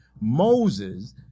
Moses